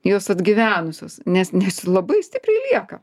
jos atgyvenusios nes nes labai stipriai lieka